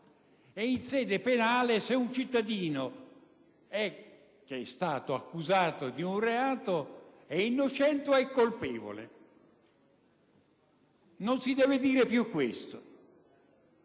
e, in sede penale, se un cittadino che è stato accusato di un reato è innocente o colpevole. Non si deve dire più questo,